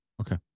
okay